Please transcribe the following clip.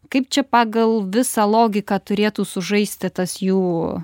kaip čia pagal visą logiką turėtų sužaisti tas jų